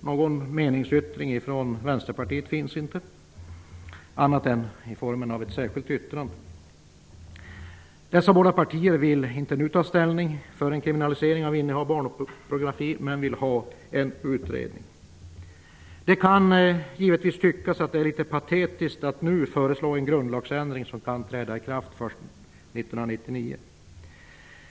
Någon meningsyttring från vänsterpartiet finns inte utan bara ett särskilt yttrande. Dessa båda partier vill inte nu ta ställning för en kriminalisering av innehav av barnpornografi men vill ha en utredning. Det kan givetvis tyckas vara litet patetiskt att nu föreslå en grundlagsändring som kan träda i kraft först 1999.